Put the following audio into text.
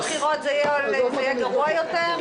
ככל שיתקרבו הבחירות זה יהיה גרוע יותר?